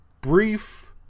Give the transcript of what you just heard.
brief